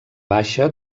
baixa